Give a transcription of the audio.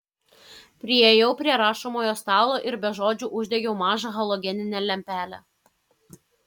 priėjau prie rašomojo stalo ir be žodžių uždegiau mažą halogeninę lempelę